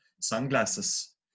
sunglasses